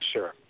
Sure